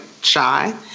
shy